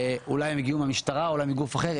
אולי הם הגיעו מהמשטרה, או מגוף אחר.